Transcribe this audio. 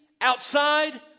outside